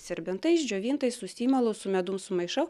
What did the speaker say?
serbentais džiovintais susimalu su medum sumaišau